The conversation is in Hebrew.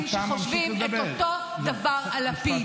אתה מבין שיש אנשים שחושבים את אותו הדבר על לפיד.